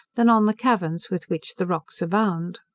than on the caverns with which the rocks abound.